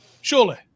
Surely